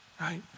right